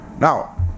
Now